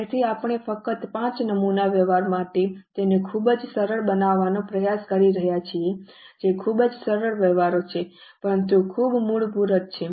તેથી આપણે ફક્ત પાંચ નમૂના વ્યવહારો માટે તેને ખૂબ જ સરળ બનાવવાનો પ્રયાસ કરી રહ્યા છીએ જે ખૂબ જ સરળ વ્યવહારો છે પરંતુ ખૂબ મૂળભૂત છે